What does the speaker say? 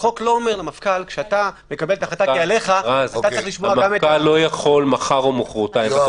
החוק לא אומר למפכ"ל --- המפכ"ל לא יכול מחר או מוחרתיים אתה